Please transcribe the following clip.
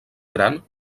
gran